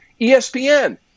ESPN